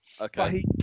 Okay